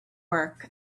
work